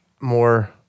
more